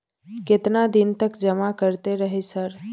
केतना दिन तक जमा करते रहे सर?